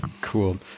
Cool